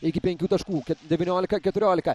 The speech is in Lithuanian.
iki penkių taškų devyniolika keturiolika